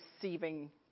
deceiving